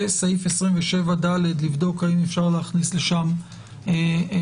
וסעיף 27ד נבדוק האם אפשר להכניס לשם החלטה